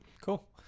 Cool